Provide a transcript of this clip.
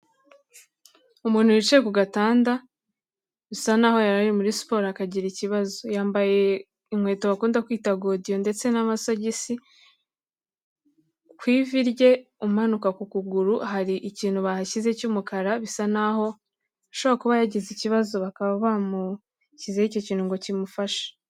Umuntu wicaye ku gatanda, bisa n'aho yarari muri siporo akagira ikibazo, yambaye inkweto bakunda kwita godiyo ndetse n'amasogisi, ku ivi rye umanuka ku kuguru hari ikintu bahashyize cy'umukara, bisa n'aho ashobora kuba yagize ikibazo bakaba bamushyizeho icyo kintu ngo kimufashe.